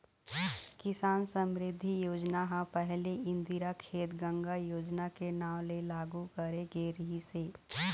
किसान समरिद्धि योजना ह पहिली इंदिरा खेत गंगा योजना के नांव ले लागू करे गे रिहिस हे